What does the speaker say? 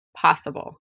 possible